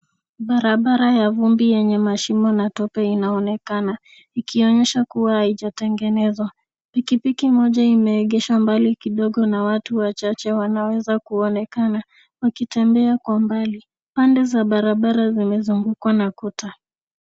Barabara ya vumbi yenye mashimo na tope inaonekana ikionyeshwa kuwa haijatengenezwa. Pikipiki moja imeegeshwa mbali na watu wachache wanaweza kuonekana wakitembea kwa mbali. Pande za barabara zimezungukwa na kuta.